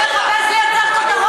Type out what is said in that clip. אל תייצר, אתה מחפש לייצר כותרות?